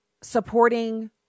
supporting